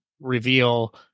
reveal